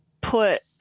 put